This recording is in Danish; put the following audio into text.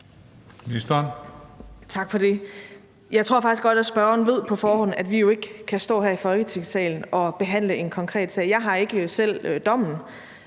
Krag): Tak for det. Jeg tror faktisk godt, at spørgeren ved på forhånd, at vi jo ikke kan stå her i Folketingssalen og behandle en konkret sag. Jeg har ikke selv dommen,